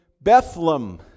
Bethlehem